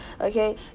okay